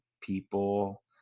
people